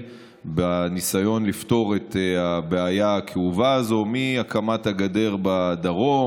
בניסיון לפתור את הבעיה הכאובה הזאת: מהקמת הגדר בדרום,